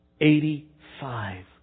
Eighty-five